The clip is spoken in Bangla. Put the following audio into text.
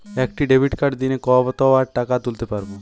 একটি ডেবিটকার্ড দিনে কতবার টাকা তুলতে পারব?